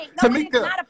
tamika